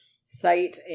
site